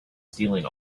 stealing